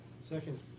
Second